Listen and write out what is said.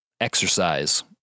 exercise